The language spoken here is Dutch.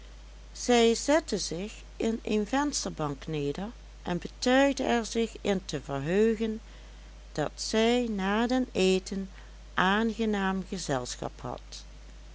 zij zette zich in een vensterbank neder en betuigde er zich in te verheugen dat zij na den eten aangenaam gezelschap had